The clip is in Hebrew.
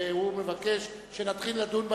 והוא מבקש שנתחיל לדון בהסתייגויות.